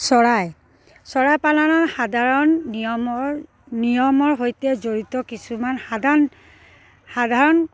চৰাই চৰাই পালনত সাধাৰণ নিয়মৰ নিয়মৰ সৈতে জড়িত কিছুমান সাধাৰণ সাধাৰণ